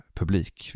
publik